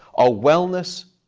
our wellness,